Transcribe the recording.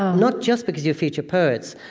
not just because you feature poets,